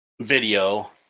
Video